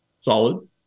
Solid